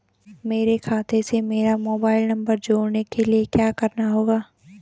मेरे खाते से मेरा मोबाइल नम्बर जोड़ने के लिये क्या करना होगा?